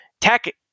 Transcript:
Tech